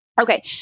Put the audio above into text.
Okay